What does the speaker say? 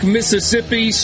Mississippi